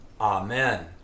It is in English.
Amen